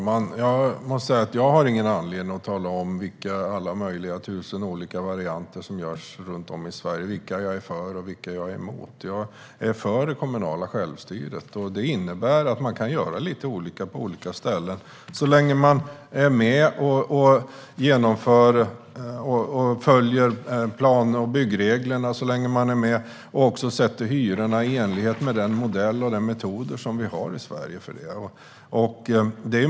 Herr talman! Jag har ingen anledning att tala om vilka av alla tusen olika varianter som görs i Sverige som jag är för och emot. Jag är för det kommunala självstyret, som innebär att man kan göra lite olika på olika ställen så länge man följer plan och byggreglerna och sätter hyrorna i enlighet med den modell och metod vi har i Sverige.